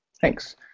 Thanks